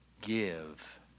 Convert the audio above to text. Give